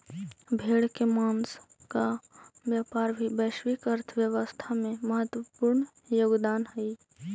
भेड़ के माँस का व्यापार भी वैश्विक अर्थव्यवस्था में महत्त्वपूर्ण योगदान हई